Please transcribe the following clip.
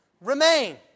remain